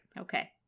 Okay